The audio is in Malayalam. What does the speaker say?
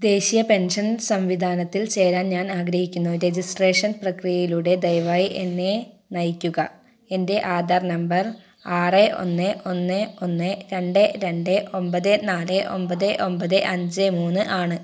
ദേശീയ പെൻഷൻ സംവിധാനത്തിൽ ചേരാൻ ഞാൻ ആഗ്രഹിക്കുന്നു രജിസ്ട്രേഷൻ പ്രക്രിയയിലൂടെ ദയവായി എന്നെ നയിക്കുക എന്റെ ആധാർ നമ്പർ ആറ് ഒന്ന് ഒന്ന് ഒന്ന് രണ്ട് രണ്ട് ഒമ്പത് നാല് ഒമ്പത് ഒമ്പത് അഞ്ച് മൂന്ന് ആണ്